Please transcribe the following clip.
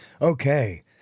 Okay